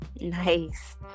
nice